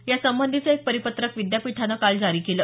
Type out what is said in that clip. या संबंधिचं एक परिपत्रक विद्यापीठानं काल जारी केलं